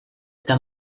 eta